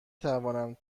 توانم